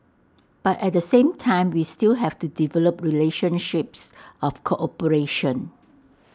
but at the same time we still have to develop relationships of cooperation